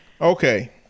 Okay